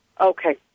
Okay